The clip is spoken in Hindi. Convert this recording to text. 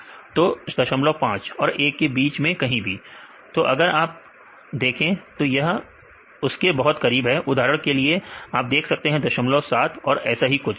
विद्यार्थी बीच में तो 05 और 1 के बीच में कहीं भी तो अगर इसे आप देखें तो यह उसके बहुत करीब है उदाहरण के लिए आप देख सकते हैं 07 और ऐसा ही कुछ